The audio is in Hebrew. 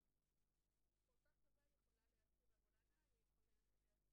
זה תהליך ארוך.